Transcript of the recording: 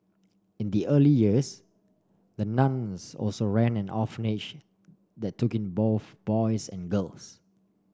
in the early years the nuns also ran an orphanage that took in both boys and girls